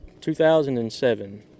2007